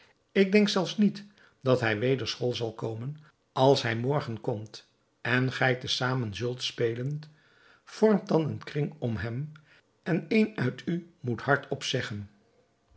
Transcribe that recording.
ik denk zelfs niet dat hij weder school zal komen als hij morgen komt en gij te zamen zult spelen vormt dan een kring om hem en een uit u moet hardop zeggen